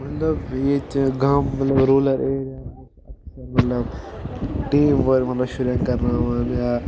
مطلب ییٚتہِ گام مطلب روٗلَر ایریا ہَن اکثر مطلب ٹیٖم ؤرک مطلب شُرٮ۪ن کَرناوان یا